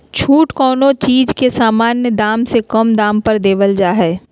छूट कोनो चीज के सामान्य दाम से कम दाम पर देवल जा हइ